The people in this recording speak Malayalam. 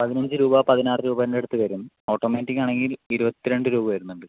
പതിനഞ്ച് രൂപ പതിനാറ് രൂപേൻ്റെ അടുത്ത് വരും ഓട്ടോമാറ്റിക് ആണെങ്കിൽ ഇരുപത്തിരണ്ട് രൂപ വരുന്നുണ്ട്